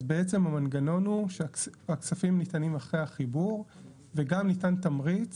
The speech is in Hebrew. אז בעצם המנגנון הוא שהכספים ניתנים אחרי החיבור וגם ניתן תמריץ